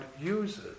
uses